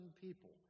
people